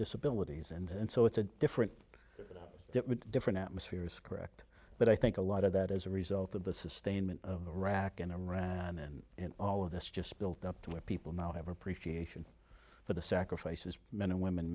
disability and so it's a different different atmosphere is correct but i think a lot of that is a result of the sustainment of iraq in iraq and all of this just built up to where people now have appreciation for the sacrifices men and women